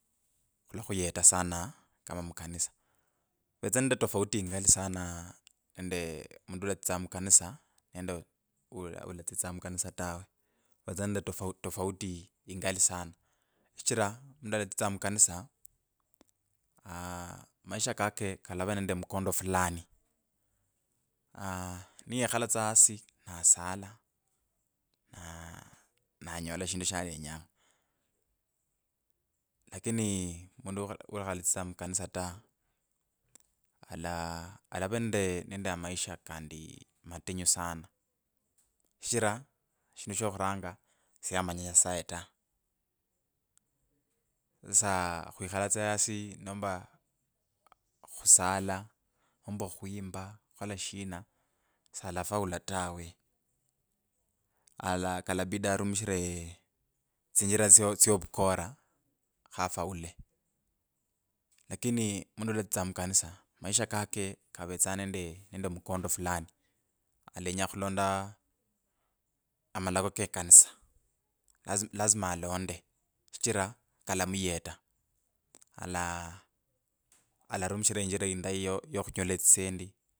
Khulakhuyeta sana kama mukanisa. Khuvetsanga nende tofauti ingali sana nende mundu ulatsitsanga mukanisa nende uu ulatsitsanga mukanisa ta. Khuvetsanga nende tofauti. tofauti ingali sana. Shichira mundu ulatsitsanga mukanisa aa maisha kake kalava nende mkondo fulani. aaah niyekhala tsa yasi na sala na nanyola shindu shalenyanga lakini mundu ukha ukhalatsitsanga mukanisa ta ala alava nende nende amaisha kandi matinyu sana. Shichira shindu shokhuranga shiyamanya nyasaye ta. Sa khwikhala tsa yasi nomba khusala. nomba khwimbya. khukhola shina salafuala tawe. Ala kalabida arumishire tsinjira tsyo tsyo vukora khafaule. Lakini mundu ulatsitsanga mukanisa. maisha kake kavetsa nende mkondo fulani. Alenya khulonda amalako ke kanisa. Laz- lazima alonde. shichira kalamuyeta. Ala- alarumishira injira indai yo khunyola etsisendi.